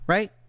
Right